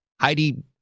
Heidi